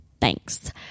thanks